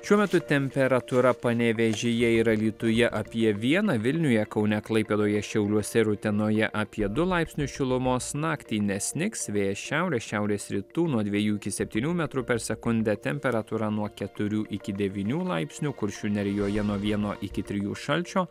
šiuo metu temperatūra panevėžyje ir alytuje apie vieną vilniuje kaune klaipėdoje šiauliuose ir utenoje apie du laipsnius šilumos naktį nesnigs vėjas šiaurės šiaurės rytų nuo dviejų iki septynių metrų per sekundę temperatūra nuo keturių iki devynių laipsnių kuršių nerijoje nuo vieno iki trijų šalčio